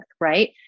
Right